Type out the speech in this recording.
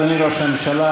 אדוני ראש הממשלה,